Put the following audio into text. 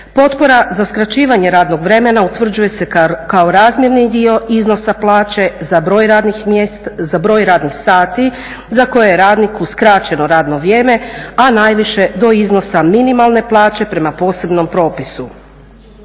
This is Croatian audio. Potporama za skraćivanje radnog vremena utvrđuje se kao razmjerni dio iznosa plaće za broj radnih sati za koje je radniku skraćeno radno vrijeme, a najviše do iznosa minimalne plaće prema posebnom propisu.